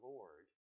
Lord